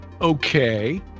okay